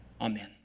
Amen